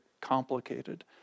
complicated